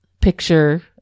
picture